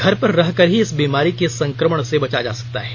घर पर रह कर ही इस बीमारी के संक्रमण से बचा जा सकता है